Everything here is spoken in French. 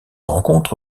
rencontre